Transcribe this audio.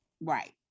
right